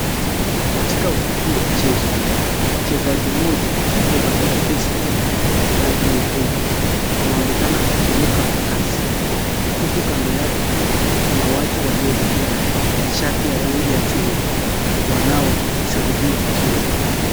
Katika ukumbi wa mchezo, mchezaji mmoja aliyevaa vesti ya rangi nyekundu anaonekana akiruka kwa kasi. Huku kando yake kuna watu waliovalia shati ya rangi ya chungwa wanao shuhudia zoezi hili.